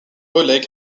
oleg